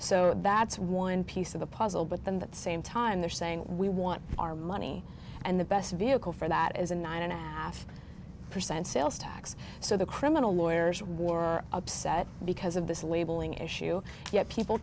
so that's one piece of the puzzle but then that same time they're saying we want our money and the best vehicle for that is a nine and a half percent sales tax so the criminal lawyers were upset because of this labeling issue yet people